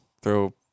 throw